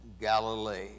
Galilee